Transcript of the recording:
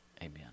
Amen